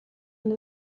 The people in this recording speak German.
und